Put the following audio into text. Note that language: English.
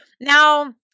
Now